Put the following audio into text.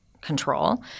control